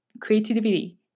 creativity